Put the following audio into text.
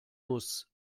muss